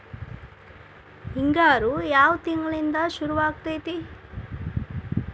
ಹಿಂಗಾರು ಯಾವ ತಿಂಗಳಿನಿಂದ ಶುರುವಾಗತೈತಿ?